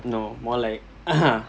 no more like aha